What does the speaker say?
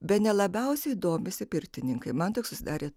bene labiausiai domisi pirtininkai man toks susidarė